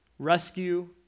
rescue